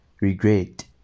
regret